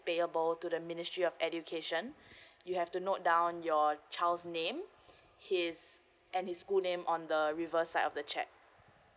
payable to the ministry of education you have to note down your child's name his and his school name on the reverse side of the cheque